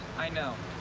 i know.